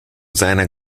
seiner